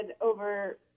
over